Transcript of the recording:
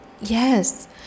yes